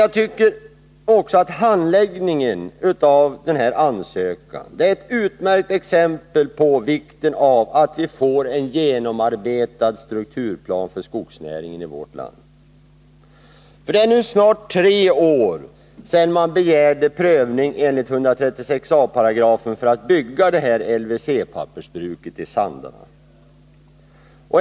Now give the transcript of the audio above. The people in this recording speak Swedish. Jag tycker också att handläggningen av den här ansökan är ett utmärkt exempel på vikten av att vi får en genomarbetad strukturplan för skogsnäringen i vårt land. Det är nu snart tre år sedan Stora Kopparberg begärde prövning enligt 136 a § byggnadslagen för att bygga det här LVC-pappersbruket i Sandarne.